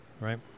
right